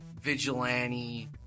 vigilante